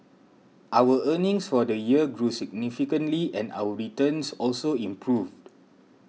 our earnings for the year grew significantly and our returns also improved